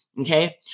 Okay